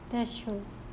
that's true